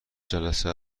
جلسه